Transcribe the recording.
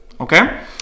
okay